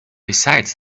besides